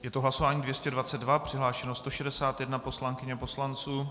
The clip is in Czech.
Je to hlasování 222. Přihlášeno 161 poslankyň a poslanců.